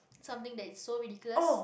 something that is so ridiculous